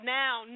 now